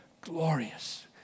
glorious